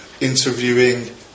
interviewing